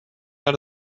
out